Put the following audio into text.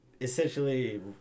essentially